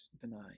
deny